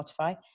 Spotify